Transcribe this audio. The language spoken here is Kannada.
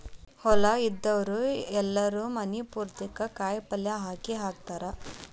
ಹೊಲಾ ಇದ್ದಾವ್ರು ಎಲ್ಲಾರೂ ಮನಿ ಪುರ್ತೇಕ ಕಾಯಪಲ್ಯ ಹಾಕೇಹಾಕತಾರ